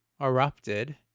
erupted